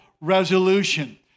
resolution